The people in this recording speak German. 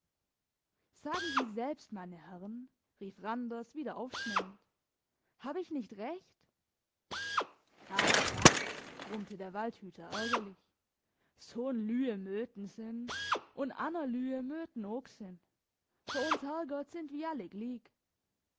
sagen sie selbst meine herren rief randers wieder aufschnellend hab ich nicht recht ach wat brummte der waldhüter ärgerlich so'n lüe möten sin un anner lüe möten ok sin vor uns herrgott sind wie all